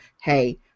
hey